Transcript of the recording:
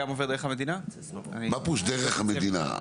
מפו"ש דרך המדינה.